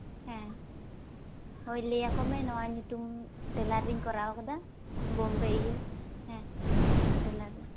ᱦᱮᱸ ᱦᱳᱭ ᱞᱟᱹᱭᱟᱠᱚ ᱢᱮ ᱱᱚᱣᱟ ᱧᱩᱛᱩᱢ ᱴᱮᱞᱟᱨ ᱨᱤᱧ ᱠᱚᱨᱟᱣ ᱟᱠᱟᱫᱟ ᱵᱳᱢᱵᱳ ᱤᱭᱟᱹ ᱦᱮᱸ ᱚᱱᱟ ᱴᱮᱞᱟᱨ ᱨᱮ